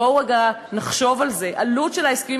בואו רגע נחשוב על זה: העלות של ההסכמים